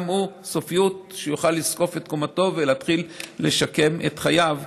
גם יש סופיות לכך שהוא יוכל לזקוף את קומתו ולהתחיל לשקם את חייו,